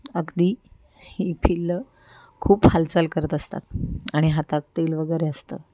अगदी ही पिल्लं खूप हालचाल करत असतात आणि हातात तेल वगैरे असतं